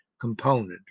component